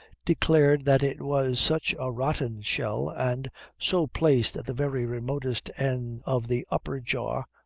declared that it was such a rotten shell, and so placed at the very remotest end of the upper jaw,